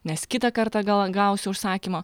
nes kitą kartą gal gausi užsakymą